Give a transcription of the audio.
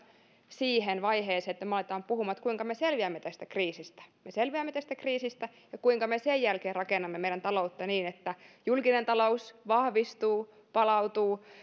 siihen vaiheeseen että me alamme puhumaan kuinka me selviämme tästä kriisistä me selviämme tästä kriisistä ja kuinka me sen jälkeen rakennamme meidän talouttamme niin että julkinen talous vahvistuu palautuu